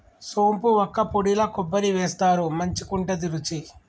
సోంపు వక్కపొడిల కొబ్బరి వేస్తారు మంచికుంటది రుచి